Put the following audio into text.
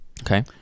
Okay